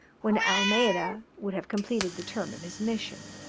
when almeida would have completed the term of his mission.